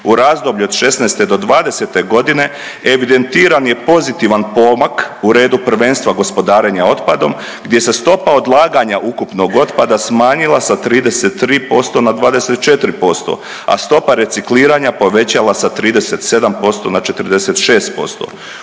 U razdoblju od šesnaeste do dvadesete godine evidentiran je pozitivan pomak u redu prvenstva gospodarenja otpadom gdje se stopa odlaganja ukupnog otpada smanjila sa 33% na 24%, a stopa recikliranja povećala sa 37% na 46%.